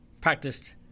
practiced